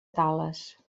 tales